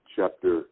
Chapter